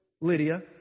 Lydia